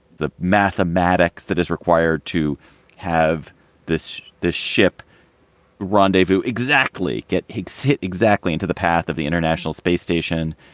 the mathematics that is required to have this this ship rendezvous. exactly. get hogsett exactly into the path of the international space station.